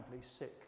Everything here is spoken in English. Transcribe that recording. sick